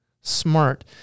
smart